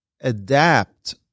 adapt